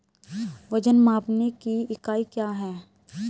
वजन मापने की इकाई क्या है?